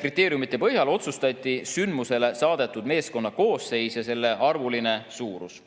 kriteeriumite põhjal otsustati sündmusele saadetud meeskonna koosseis ja selle arvuline suurus?"